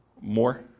More